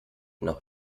noch